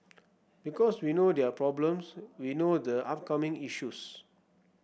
because we know their problems we know the upcoming issues